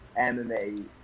MMA